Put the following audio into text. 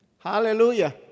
Hallelujah